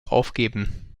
aufgeben